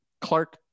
Clark